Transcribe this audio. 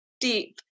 deep